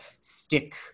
stick